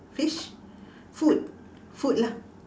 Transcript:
fish food food lah